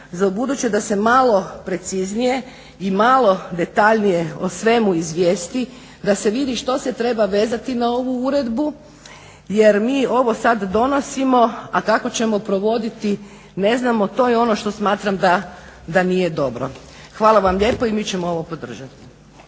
za ubuduće da se malo preciznije i malo detaljnije o svemu izvijesti. Da se vidi što se treba vezati na ovu Uredbu jer mi ovo sada donosimo a kako ćemo provoditi, ne znamo, to je ono što smatram da nije dobro. Hvala vam lijepo i mi ćemo ovo podržati.